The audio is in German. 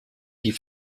die